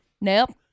nope